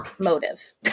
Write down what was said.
Motive